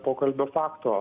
pokalbio fakto